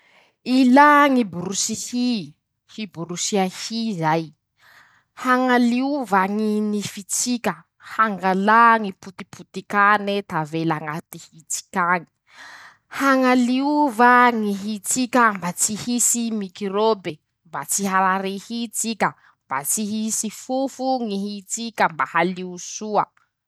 Ilà ñy borosy hy: -Hiborosia hy zay, hañaliova ñy nify tsika, hangalà ñy potipotikane tavela añaty hy tsik'añy, hañaliova ñy hy tsika mba tsy hisy mikirôbe, mba tsy harary hy tsika, mba tsy hisy fofo ñy hy tsika, mba halio soa.